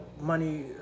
money